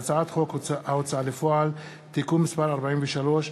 והצעת חוק ההוצאה לפועל (תיקון מס' 43),